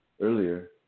earlier